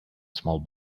small